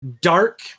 dark